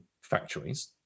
factories